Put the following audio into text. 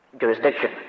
jurisdiction